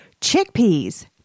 Chickpeas